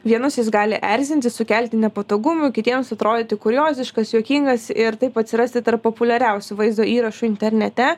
vienus jis gali erzinti sukelti nepatogumų kitiems atrodyti kurioziškas juokingas ir taip atsirasti tarp populiariausių vaizdo įrašų internete